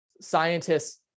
scientists